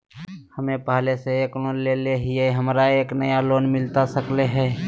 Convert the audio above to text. हमे पहले से एक लोन लेले हियई, हमरा के नया लोन मिलता सकले हई?